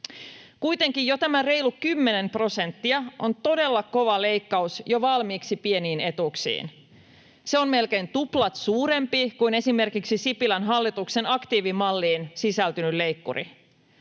Kuitenkin jo tämä reilut 10 prosenttia on todella kova leikkaus jo valmiiksi pieniin etuuksiin. Se on melkein tuplat suurempi kuin esimerkiksi Sipilän hallituksen aktiivimalliin sisältynyt leikkuri.